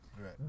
Right